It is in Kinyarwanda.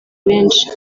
benshi